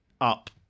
up